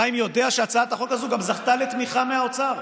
חיים יודע שהצעת החוק הזאת גם זכתה לתמיכה מהאוצר,